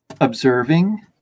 observing